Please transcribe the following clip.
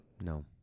No